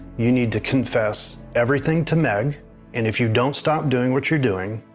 you need to confess everything to meg and if you don't stop doing what your doing,